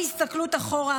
בהסתכלות אחורה,